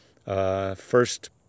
First